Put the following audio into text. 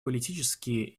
политические